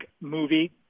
Movie